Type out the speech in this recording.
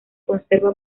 conserva